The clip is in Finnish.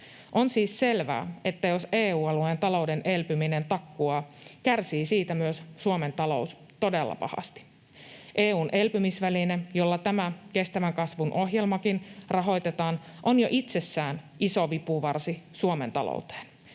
On siis selvää, että jos EU-alueen talouden elpyminen takkuaa, kärsii siitä myös Suomen talous todella pahasti. EU:n elpymisväline, jolla tämä kestävän kasvun ohjelmakin rahoitetaan, on jo itsessään iso vipuvarsi Suomen talouteen.